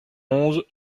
onze